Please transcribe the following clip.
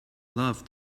love